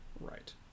Right